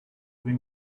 being